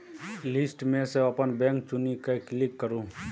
list मे सँ अपन बैंक चुनि कए क्लिक करु